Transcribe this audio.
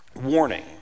warning